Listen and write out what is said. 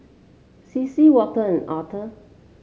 Cecily Walter and Authur